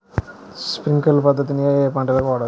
Sprinkler పద్ధతిని ఏ ఏ పంటలకు వాడవచ్చు?